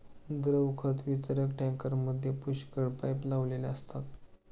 द्रव खत वितरक टँकरमध्ये पुष्कळ पाइप लावलेले असतात